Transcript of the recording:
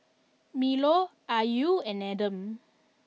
Melur Ayu and Adam